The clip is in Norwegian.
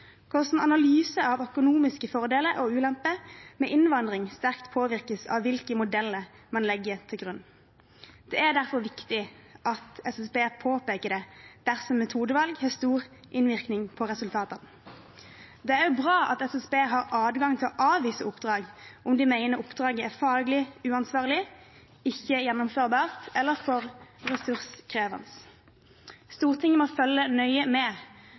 hvordan analyser av økonomiske fordeler og ulemper med innvandring sterkt påvirkes av hvilke modeller man legger til grunn. Det er derfor viktig at SSB påpeker det dersom metodevalg har stor innvirkning på resultatene. Det er også bra at SSB har adgang til å avvise oppdrag om de mener oppdraget er faglig uansvarlig, ikke gjennomførbart eller for ressurskrevende. Stortinget må følge nøye med